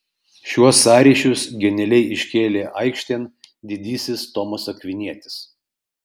šiuos sąryšius genialiai iškėlė aikštėn didysis tomas akvinietis